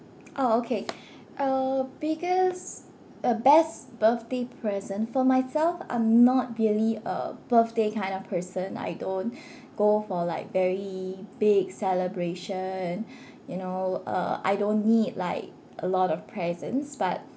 oh okay uh biggest uh best birthday present for myself I'm not really a birthday kind of person I don't go for like very big celebration you know uh I don't need like a lot of presents but